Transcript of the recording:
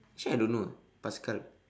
actually I don't know ah pascal